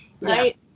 right